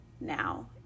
now